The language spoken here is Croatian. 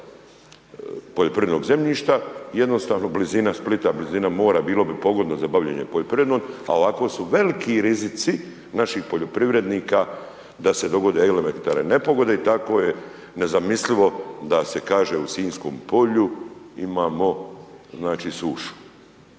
poljoprivrednog zemljišta, jednostavno blizina Splita, blizina mora bilo bi pogodno za bavljenje poljoprivredom a ovako su veliki rizici naših poljoprivrednika da se dogode elementarne nepogode i tako je nezamislivo da se kaže u Sinjskom polju imamo sušu.